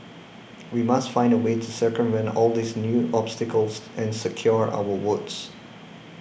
we must find a way to circumvent all these new obstacles and secure our votes